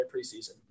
preseason